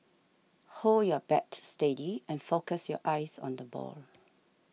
hold your bat steady and focus your eyes on the ball